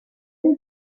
does